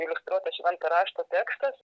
iliustruotas švento rašto tekstas